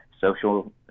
social